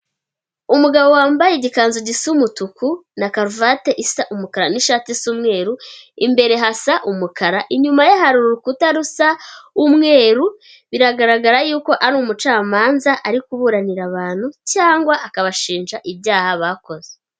Umugabo wambaye igikanzu gisa umutuku na karuvati isa umukara n'ishati isa umweru, imbere hasa umukara, inyuma ye hari urukuta rusa umweru, biragaragara yuko ari umucamanza ari kuburanira abantu cyangwa akabashinja ibyaha bakoze.